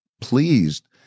pleased